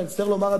ואני מצטער לומר,